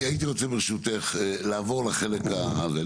אני הייתי רוצה ברשותך לעבור לחלק הזה,